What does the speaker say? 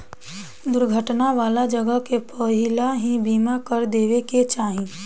दुर्घटना वाला जगह के पहिलही बीमा कर देवे के चाही